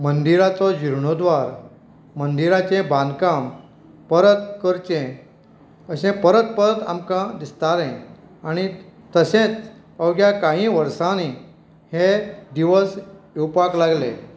मंदिराचो जिर्णोद्वार मंदिराचें बांदकाम परत करचें अशें परत परत आमकां दिसतालें आनी तशेंच अवघ्या काही वर्सांनी हे दिवस येवपाक लागले